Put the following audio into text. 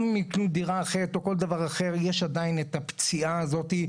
גם אם הם יקנו דירה אחרת או כל דבר אחר יש עדיין את הפציעה הזאת.